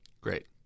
Great